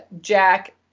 Jack